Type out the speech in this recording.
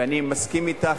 ואני מסכים אתך,